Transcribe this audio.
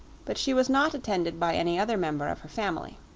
but she was not attended by any other member of her family.